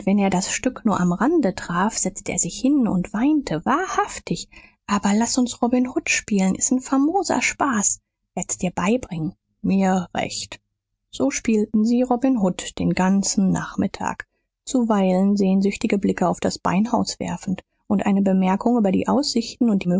wenn er das stück nur am rande traf setzte er sich hin und weinte wahrhaftig aber laß uns robin hood spielen s ist n famoser spaß werd's dir beibringen mir recht so spielten sie robin hood den ganzen nachmittag zuweilen sehnsüchtige blicke auf das beinhaus werfend und eine bemerkung über die aussichten und